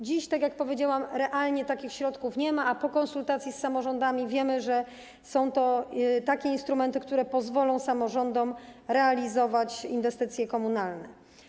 Dziś, tak jak powiedziałam, realnie takich środków nie ma, a po konsultacji z samorządami wiemy, że są to takie instrumenty, które pozwolą samorządom realizować inwestycje komunalne.